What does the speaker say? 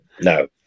no